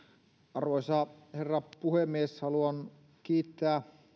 arvoisa herra puhemies haluan kiittää